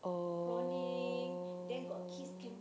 oh